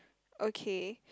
okay